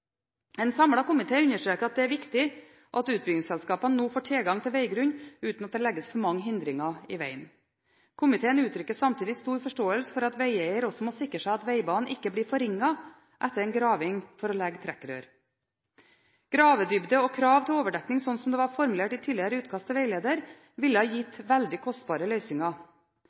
En samlet komité understreker at det er viktig at utbyggingsselskapene nå får tilgang til veggrunn, uten at det legges for mange hindringer i vegen. Komiteen uttrykker samtidig stor forståelse for at vegeier også må forsikre seg om at vegbanen ikke blir forringet, etter graving for å legge trekkrør. Gravedybde og krav til overdekking, som det var formulert i tidligere utkast til veileder ville gitt veldig kostbare løsninger.